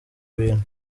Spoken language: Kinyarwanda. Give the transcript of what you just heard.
bintu